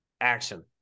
action